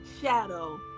shadow